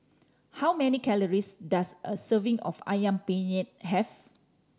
how many calories does a serving of Ayam Penyet have